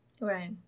Right